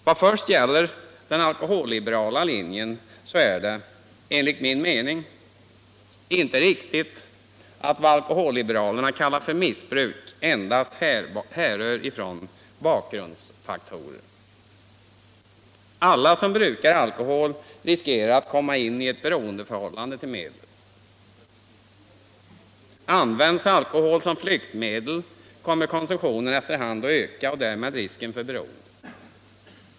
Vad först gäller den alkoholliberala linjen är det, enligt min mening, inte riktigt att det alkoholliberalerna kallar för missbruk endast beror på bakgrundsfaktorer. Alla som brukar alkohol riskerar att komma in i ett beroendeförhållande till medlet. Används alkohol som flyktmedel kommer konsumtionen efter hand att öka och därmed risken för beroende.